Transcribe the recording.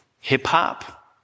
hip-hop